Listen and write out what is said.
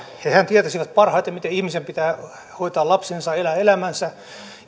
hehän tietäisivät parhaiten miten ihmisen pitää hoitaa lapsensa elää elämänsä